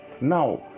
Now